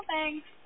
thanks